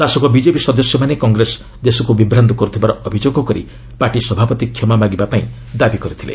ଶାସକ ବିଜେପି ସଦସ୍ୟମାନେ କଂଗ୍ରେସ ଦେଶକୁ ବିଭ୍ରାନ୍ତ କରୁଥିବାର ଅଭିଯୋଗ କରି ପାର୍ଟି ସଭାପତି କ୍ଷମା ମାଗିବା ପାଇଁ ଦାବି କରିଥିଲେ